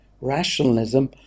rationalism